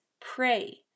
pray